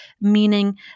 meaning